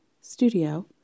studio